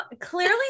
clearly